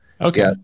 Okay